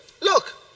look